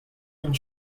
and